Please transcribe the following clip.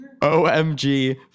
OMG